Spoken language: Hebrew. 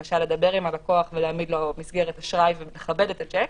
למשל לדבר עם הלקוח ולהעמיד לו מסגרת אשראי ולכבד את השיק,